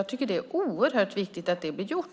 Jag tycker att det är oerhört viktigt att det blir gjort.